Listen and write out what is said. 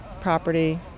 property